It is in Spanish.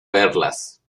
verlas